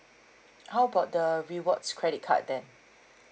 how about the rewards credit card then